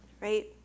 right